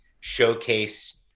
showcase